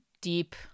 deep